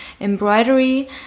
embroidery